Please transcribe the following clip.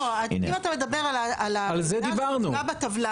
לא, אם אתה מדבר על --- שכתובה בטבלה.